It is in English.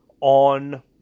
on